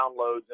downloads